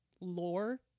lore